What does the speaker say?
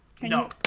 No